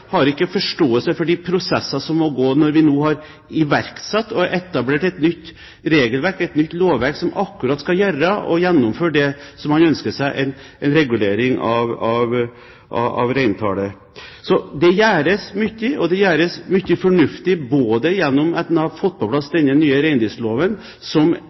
har ikke forståelse for de prosesser som må foregå når vi nå har etablert og iverksatt et nytt regelverk, et nytt lovverk, der en nettopp gjennomfører det han ønsker seg, en regulering av reintallet. Det gjøres mye, og det gjøres mye fornuftig, både gjennom det at en har fått på plass denne nye reindriftsloven, som